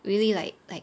really like like